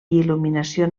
il·luminació